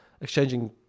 exchanging